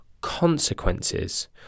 consequences